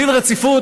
דין רציפות.